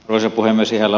ihan vain lyhyesti